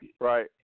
Right